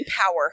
power